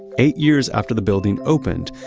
eight years after the building opened,